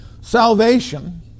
Salvation